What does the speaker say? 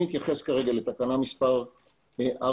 בתקנה 4